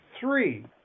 three